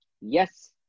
yes